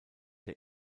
der